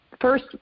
first